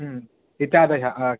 पितादयः